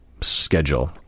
schedule